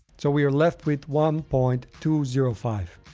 so we are left with one point two zero five.